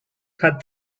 had